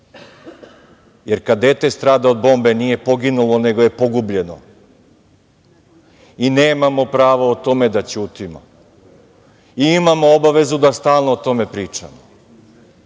jer kada dete strada od bombe, nije poginulo, nego je pogubljeno. Nemamo pravo o tome da ćutimo. Imamo obavezu da stalno o tome pričamo